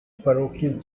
parochial